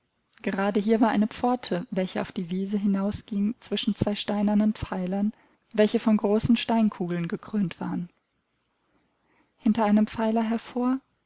gerade hier war eine pforte welche auf die wiese hinausging zwischen zwei steinernen pfeilern welche von großen steinkugeln gekrönt waren hinter einem pfeiler hervor